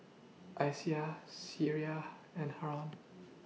Aishah Syirah and Haron